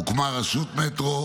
הוקמה רשות מטרו